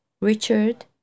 Richard